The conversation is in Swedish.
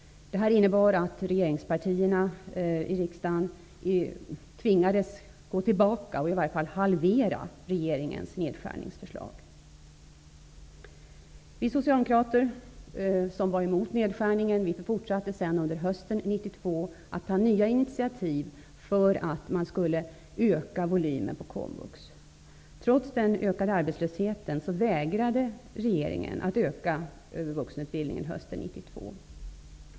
Det innebar i sin tur att regeringspartierna i riksdagen tvingades att gå tillbaka och halvera regeringens nedskärningsförslag. Vi socialdemokrater, som var emot nedskärningen, fortsatte sedan under hösten 1992 att ta nya initiativ för att öka volymen på komvux. Trots den ökade arbetslösheten vägrade regeringen att utöka vuxenutbildningen hösten 1992.